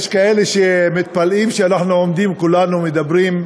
יש כאלה שמתפלאים שאנחנו עומדים כולנו ומדברים,